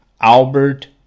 Albert